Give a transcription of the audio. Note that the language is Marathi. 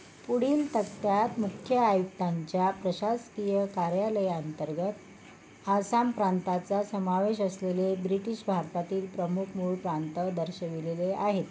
पुढील तक्त्यात मुख्य आयुक्तांच्या प्रशासकीय कार्यालयांतर्गत आसाम प्रांताचा समावेश असलेले ब्रिटिश भारतातील प्रमुख मूळ प्रांत दर्शविलेले आहेत